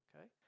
okay